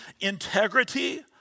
integrity